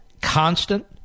constant